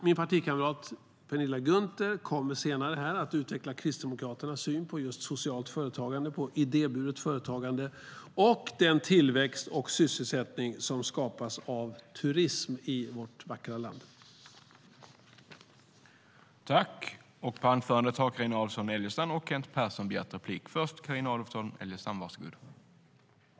Min partikamrat Penilla Gunther kommer senare att utveckla Kristdemokraternas syn på just socialt företagande, idéburet företagande samt den tillväxt och sysselsättning som skapas av turism i vårt vackra land. I detta anförande instämde Anders Ahlgren och Helena Lindahl .